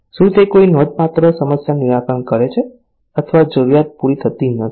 શું તે કોઈ નોંધપાત્ર સમસ્યાનું નિરાકરણ કરે છે અથવા જરૂરિયાત પૂરી થતી નથી